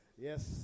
Yes